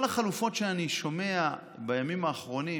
כל החלופות שאני שומע בימים האחרונים,